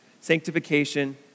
Sanctification